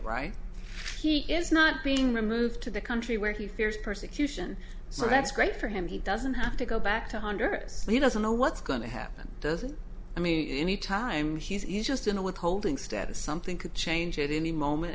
right he is not being removed to the country where he fears persecution so that's great for him he doesn't have to go back to honduras he doesn't know what's going to happen doesn't i mean any time he's just in a withholding status something could change at any moment